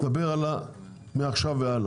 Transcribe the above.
אני מדבר על מעכשיו והלאה,